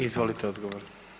Izvolite odgovor.